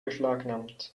beschlagnahmt